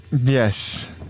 Yes